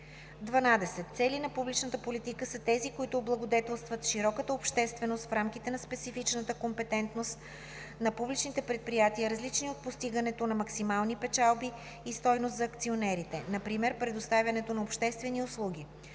12. „Цели на публичната политика“ са тези, които облагодетелстват широката общественост в рамките на специфичната компетентност на публичните предприятия, различни от постигането на максимални печалби и стойност за акционерите, например предоставянето на обществени услуги